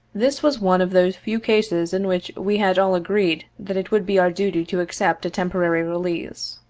this was one of those few cases in which we had all agreed that it would be our duty to accept a temporary release.